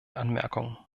anmerkungen